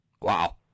Wow